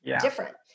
Different